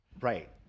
Right